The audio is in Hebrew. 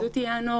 זו תהיה הנורמה.